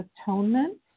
atonement